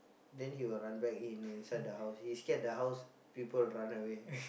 then he will run back in inside the house he scared the house people run away